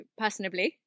Personably